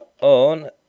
on